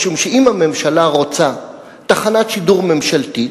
משום שאם הממשלה רוצה תחנת שידור ממשלתית,